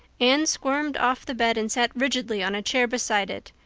anne squirmed off the bed and sat rigidly on a chair beside it,